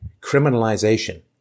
criminalization